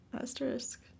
Asterisk